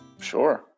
Sure